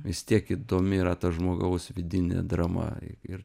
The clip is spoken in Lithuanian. vis tiek įdomi yra ta žmogaus vidinė drama ir